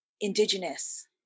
indigenous